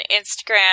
Instagram